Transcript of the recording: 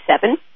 seven